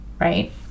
Right